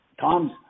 Tom's